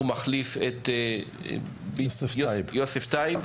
הוא מחליף את יוסף טייב.